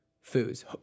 foods